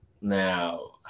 now